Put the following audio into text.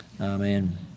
amen